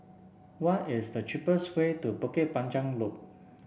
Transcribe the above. what is the cheapest way to Bukit Panjang Loop